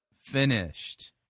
finished